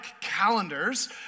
calendars